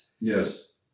Yes